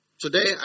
today